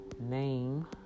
name